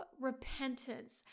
repentance